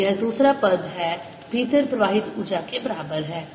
तो यह दूसरा पद है भीतर प्रवाहित ऊर्जा के बराबर है